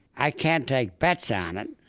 i can't take bets on it.